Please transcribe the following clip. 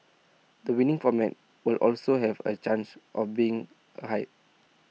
the winning format will also have A chance of being high